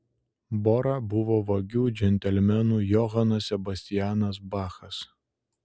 bora buvo vagių džentelmenų johanas sebastianas bachas